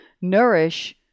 nourish